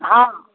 हँ